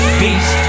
beast